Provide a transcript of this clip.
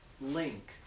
link